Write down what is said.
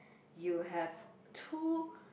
you have two